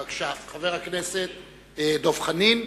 בבקשה, חבר הכנסת דב חנין.